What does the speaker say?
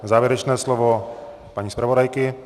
Závěrečné slovo paní zpravodajky?